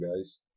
guys